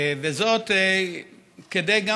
וזאת גם,